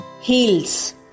heels